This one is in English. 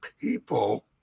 people